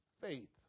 faith